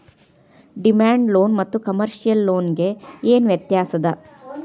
Demand loan ಮತ್ತ commercial loan ಗೆ ಏನ್ ವ್ಯತ್ಯಾಸದ?